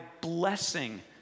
blessing